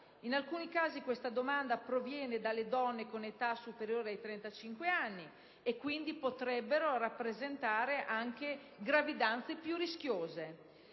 In alcuni casi questa domanda proviene dalle donne con età superiore ai 35 anni, che potrebbero quindi presentare anche gravidanze più rischiose.